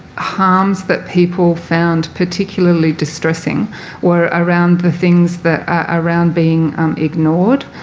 harms that people found particularly distressing were around the things that around being ignored,